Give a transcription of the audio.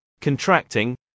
contracting